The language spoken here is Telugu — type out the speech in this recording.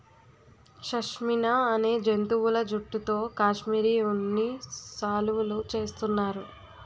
షష్మినా అనే జంతువుల జుట్టుతో కాశ్మిరీ ఉన్ని శాలువులు చేస్తున్నారు